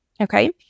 Okay